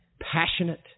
passionate